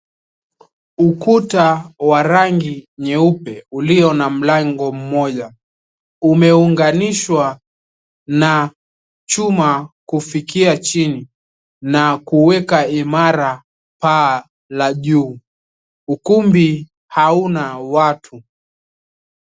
Ukuta wa rangi nyeupe, ulio na mlango mmoja. Umeunganishwa na chuma kufikia chini, na kuweka imara paa la juu. Ukumbi hauna watu.